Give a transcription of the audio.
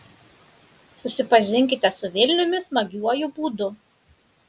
susipažinkite su vilniumi smagiuoju būdu